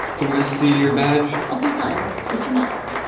can we see your badge? okay fine, since you knocked.